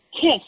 kiss